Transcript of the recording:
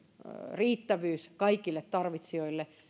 riittävyys kaikille tarvitsijoille